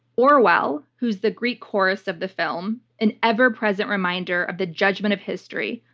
orwell, who's the greek chorus of the film, an ever present reminder of the judgment of history,